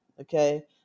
okay